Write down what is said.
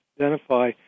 identify